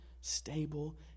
stable